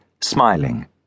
smiling